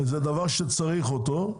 זה דבר שצריך אותו,